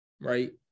Right